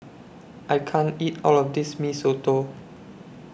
I can't eat All of This Mee Soto